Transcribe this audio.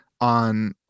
on